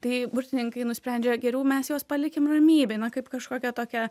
tai burtininkai nusprendžia geriau mes juos palikim ramybėj na kaip kažkokią tokią